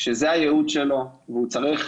שזה הייעוד שלו, והוא צריך